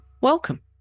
Welcome